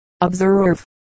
observe